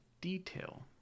detail